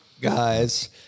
guys